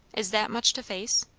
is that much to face?